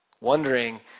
wondering